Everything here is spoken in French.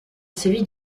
celui